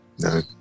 No